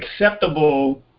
acceptable